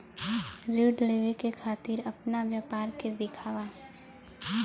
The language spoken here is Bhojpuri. ऋण लेवे के खातिर अपना व्यापार के दिखावा?